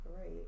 Right